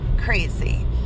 crazy